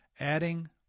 Adding